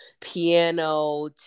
piano